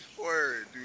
Word